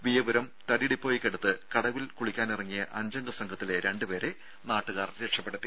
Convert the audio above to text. വീയപുരം തടി ഡിപ്പോയ്ക്കടുത്ത് കടവിൽ കുളിക്കാനിറങ്ങിയ അഞ്ചംഗ സംഘത്തിലെ രണ്ടുപേരെ നാട്ടുകാർ രക്ഷപ്പെടുത്തി